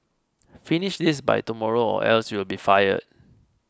finish this by tomorrow or else you'll be fired